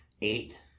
eight